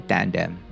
Tandem